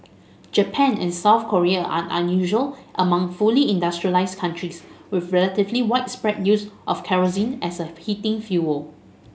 Japan and South Korea are unusual among fully industrialised countries with relatively widespread use of kerosene as a heating fuel